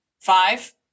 five